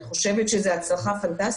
אני חושבת שזו הצלחה פנטסטית.